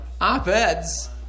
op-eds